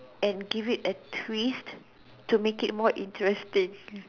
and give it a twist to make it more interesting